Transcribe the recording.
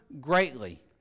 greatly